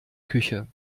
küche